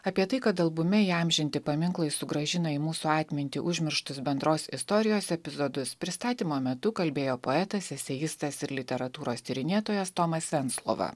apie tai kad albume įamžinti paminklai sugrąžino į mūsų atmintį užmirštus bendros istorijos epizodus pristatymo metu kalbėjo poetas eseistas ir literatūros tyrinėtojas tomas venclova